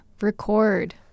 record